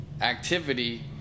activity